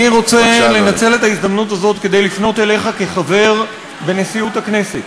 אני רוצה לנצל את ההזדמנות הזאת כדי לפנות אליך כחבר בנשיאות הכנסת